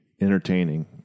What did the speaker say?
entertaining